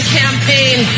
campaign